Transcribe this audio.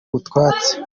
utwatsi